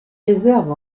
réserves